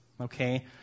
Okay